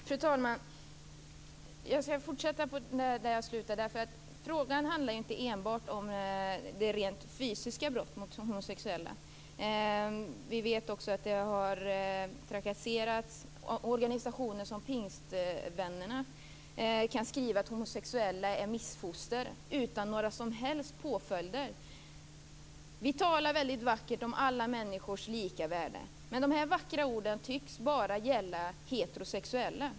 Fru talman! Jag skall fortsätta där jag slutade. Frågan handlar inte enbart om rent fysiska brott mot homosexuella. Vi vet också att organisationer som pingstvännerna kan skriva att homosexuella är missfoster utan några som helst påföljder. Vi talar väldigt vackert om alla människors lika värde. Men de här vackra orden tycks bara gälla heterosexuella.